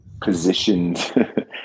positioned